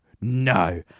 no